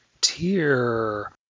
tier